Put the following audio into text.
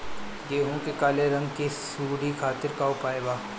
गेहूँ में काले रंग की सूड़ी खातिर का उपाय बा?